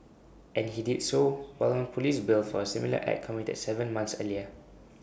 and he did so while on Police bail for A similar act committed Seven months earlier